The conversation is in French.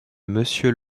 monsieur